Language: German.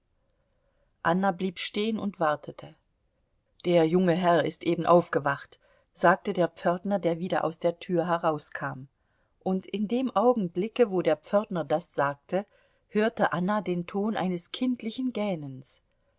anna blieb stehen und wartete der junge herr ist eben aufgewacht sagte der pförtner der wieder aus der tür herauskam und in dem augenblicke wo der pförtner das sagte hörte anna den ton eines kindlichen gähnens